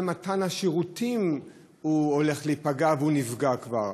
מתן השירותים הולך להיפגע והוא נפגע כבר.